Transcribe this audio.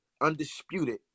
undisputed